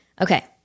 Okay